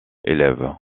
élèves